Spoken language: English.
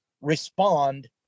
respond